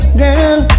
girl